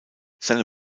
seine